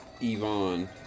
Yvonne